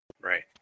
right